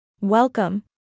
Welcome